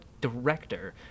director